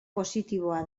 positiboa